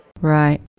Right